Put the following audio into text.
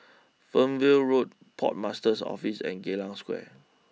Fernvale Road Port Master's Office and Geylang Square